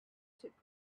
took